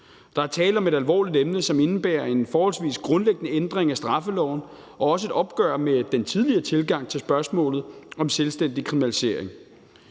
Der er tale om et alvorligt emne, som indebærer en forholdsvis grundlæggende ændring af straffeloven og også et opgør med den tidligere tilgang til spørgsmålet om selvstændig kriminalisering.